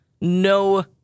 no